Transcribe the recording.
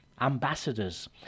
ambassadors